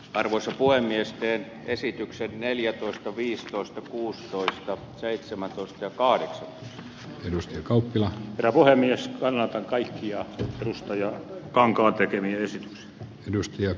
arvoisa puhemies vie esityksen neljätoista viisitoista kuusitoista seitsemän plus kekahdeksan edusti kauppila puhemies kannatan kaikkia kiistoja kankaat tekee myös edustajia